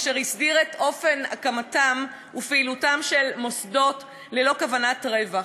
אשר הסדיר את אופן הקמתם ופעילותם של מוסדות ללא כוונת רווח.